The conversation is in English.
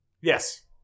Yes